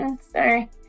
Sorry